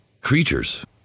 creatures